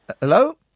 Hello